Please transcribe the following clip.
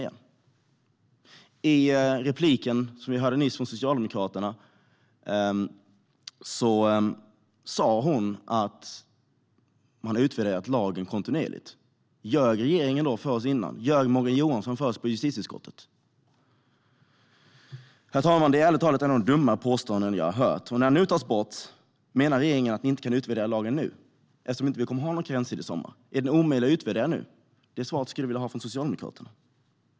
I sin replik sa Socialdemokraternas Helene Petersson nyss att man har utvärderat lagen kontinuerligt. Ljög regeringen alltså för oss tidigare? Ljög Morgan Johansson för oss i justitieutskottet? Fru talman! Det är ärligt talat ett av de dummaste påståenden jag har hört. När karenstiden nu tas bort, menar regeringen att man inte kan utvärdera lagen eftersom vi inte kommer att ha någon karenstid i sommar? Är den omöjlig att utvärdera nu? Det skulle jag vilja ha svar på från Socialdemokraterna.